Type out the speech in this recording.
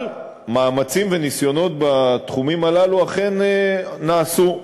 אבל מאמצים וניסיונות בתחומים הללו אכן נעשו,